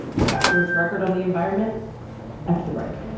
scott pruitt's record on the environment after the break